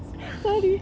so~ sorry